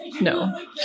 No